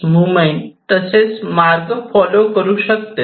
moment तसेच मार्ग follow करू शकतो